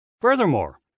Furthermore